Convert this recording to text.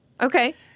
Okay